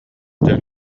дьэ